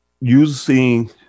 Using